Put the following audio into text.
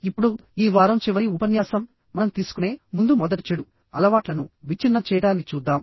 ఇప్పుడు ఈ వారం చివరి ఉపన్యాసం మనం తీసుకునే ముందు మొదట చెడు అలవాట్లను విచ్ఛిన్నం చేయడాన్ని చూద్దాం